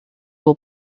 will